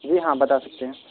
جی ہاں بتا سکتے ہیں